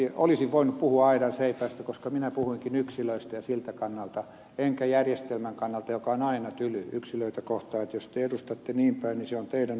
tarkoituksellisesti olisin voinut puhua aidanseipäistä koska minä puhuinkin yksilöistä ja siltä kannalta enkä järjestelmän kannalta joka on aina tyly yksilöitä kohtaan että jos te edustatte niinpäin niin se on teidän arvovalintanne